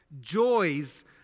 joys